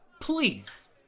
Please